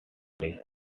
play